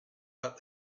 but